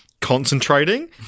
concentrating